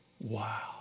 Wow